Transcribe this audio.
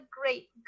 great